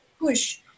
push